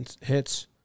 hits